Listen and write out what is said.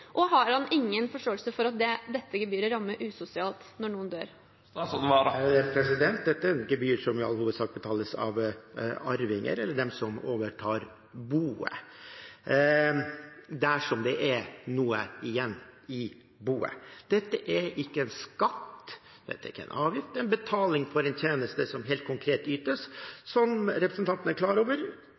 avgifter? Har han ingen forståelse for at dette gebyret rammer usosialt når noen dør? Dette gebyret betales i all hovedsak av arvinger eller av dem som overtar boet, dersom det er noe igjen i boet. Dette er ikke en skatt og ikke en avgift, men betaling for en tjeneste som ytes helt konkret, som representanten er klar over.